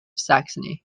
saxony